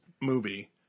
movie